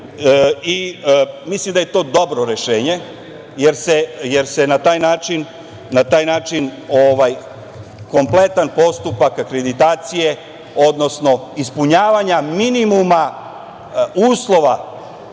Mislim da je to dobro rešenje, jer se na taj način kompletan postupak akreditacije, odnosno ispunjavanja minimuma uslova,